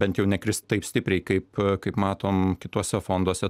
bent jau nekris taip stipriai kaip kaip matom kituose fonduose